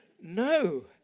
no